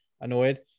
annoyed